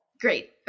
Great